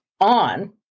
on